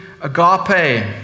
agape